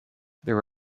there